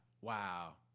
Wow